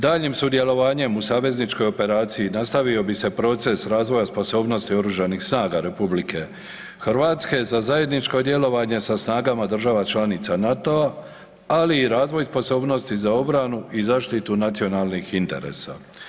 Daljnjim sudjelovanjem u savezničkoj operaciji nastavio bi se proces razvoja sposobnosti Oružanih snaga RH za zajedničko djelovanje sa snagama država članica NATO-a, ali i razvoj sposobnosti za obranu i zaštitu nacionalnih interesa.